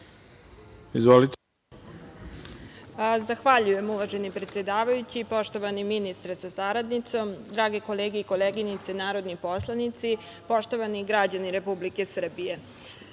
Todorović** Zahvaljujem, uvaženi predsedavajući. Poštovani ministre sa saradnicom, drage kolege i koleginice narodni poslanici, poštovani građani Republike Srbije,